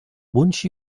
once